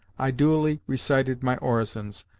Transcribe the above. i duly recited my orisons,